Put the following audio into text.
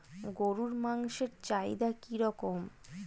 গরুর মাংসের চাহিদা কি রকম?